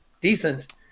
decent